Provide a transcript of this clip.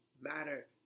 matter